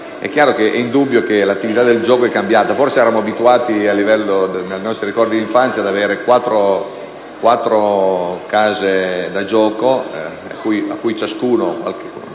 È indubbio che l'attività di gioco è cambiata; forse eravamo abituati nei nostri ricordi di infanzia ad avere quattro case da gioco alle quali